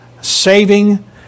saving